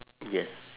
yes